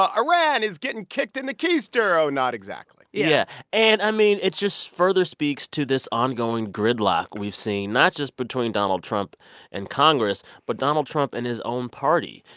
iran is getting kicked in the keester. oh, not exactly yeah. and, i mean, it just further speaks to this ongoing gridlock we've seen not just between donald trump and congress but donald trump and his own party.